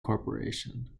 corporation